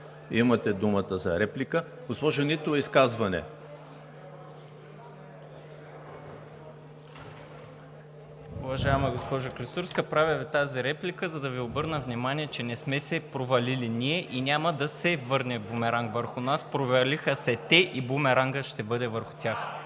имате думата за реплика. ЯВОР БОЖАНКОВ (БСП за България): Уважаема госпожо Клисурска, правя Ви тази реплика, за да Ви обърна внимание, че не сме се провалили ние и няма да се върне бумерангът върху нас. Провалиха се те и бумерангът ще бъде върху тях.